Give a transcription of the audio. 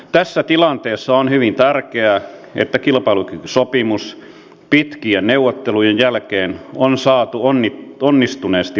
tässä tilanteessa on hyvin tärkeää että kilpailukykysopimus pitkien neuvottelujen jälkeen on saatu onnistuneesti päätökseen